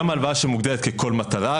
גם הלוואה שמוגדרת ככל מטרה,